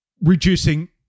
reducing